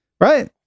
Right